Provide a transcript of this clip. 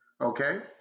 okay